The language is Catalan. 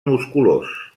musculós